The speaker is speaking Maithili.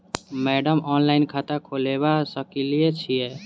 मैडम ऑनलाइन खाता खोलबा सकलिये छीयै?